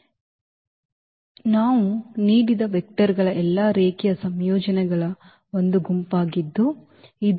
ಇದು ನಾವು ನೀಡಿದ ವೆಕ್ಟರ್ಗಳ ಎಲ್ಲಾ ರೇಖೀಯ ಸಂಯೋಜನೆಗಳ ಒಂದು ಗುಂಪಾಗಿದ್ದು ಇದನ್ನು ನಾವು